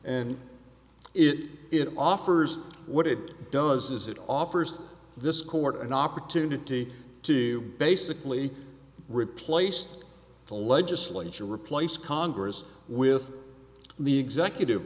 and it it offers what it does is it offers this court an opportunity to basically replaced the legislature replace congress with the executive